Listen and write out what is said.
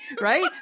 right